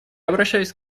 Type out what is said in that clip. обращаюсь